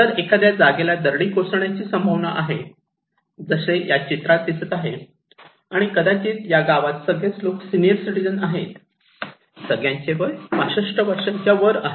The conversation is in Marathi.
जर एखाद्या जागेला दरडी कोसळण्याची संभावना आहे जसे या चित्रात दिसत आहे आणि कदाचित या गावात सगळे लोक सीनियर सिटिझन आहेत आणि सगळ्यांचे वय 65 वर्षांच्या वर आहे